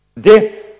Death